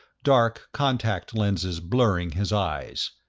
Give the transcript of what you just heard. dark contact lenses blurring his eyes.